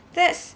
that's